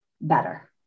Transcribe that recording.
better